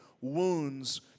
wounds